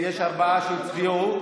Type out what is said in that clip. יש ארבעה שהצביעו,